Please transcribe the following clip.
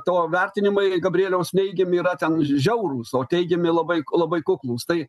to vertinimai gabrieliaus neigiami yra ten žiaurūs o teigiami labai labai kuklūs tai